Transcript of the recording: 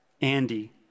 Andy